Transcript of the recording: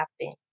happen